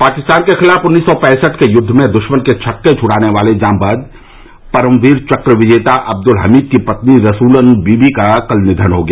पाकिस्तान के खिलाफ उन्नीस सौ पैंसठ के युद्व में दुश्मन के छक्के छड़ाने वाले जाबांज परमवीर चक्र विजेता अब्दुल हमीद की पत्नी रसूलन बीबी का कल निधन हो गया